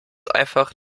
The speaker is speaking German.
einfach